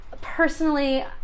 personally